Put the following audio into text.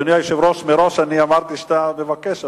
אדוני היושב-ראש, מראש אמרתי שאתה מבקש.